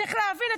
צריך להבין,